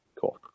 cool